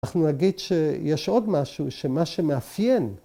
‫אנחנו נגיד שיש עוד משהו, ‫שמה שמאפיין...